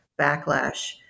backlash